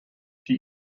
die